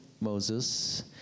Moses